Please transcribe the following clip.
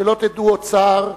שלא תדעו עוד צער,